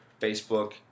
Facebook